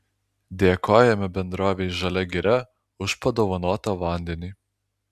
dėkojame bendrovei žalia giria už padovanotą vandenį